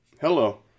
Hello